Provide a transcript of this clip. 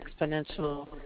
exponential